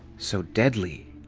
so deadly.